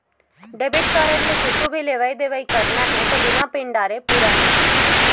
debit card ले कुछु भी लेवइ देवइ करना हे त बिना पिन डारे पूरा नइ होवय